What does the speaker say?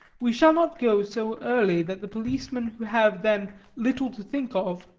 we shall not go so early that the policemen who have then little to think of,